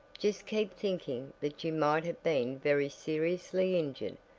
just keep thinking that you might have been very seriously injured,